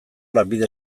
lanbide